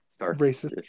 Racist